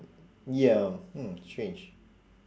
ya mm strange